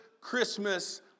Christmas